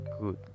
good